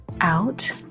out